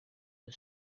her